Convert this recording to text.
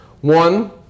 One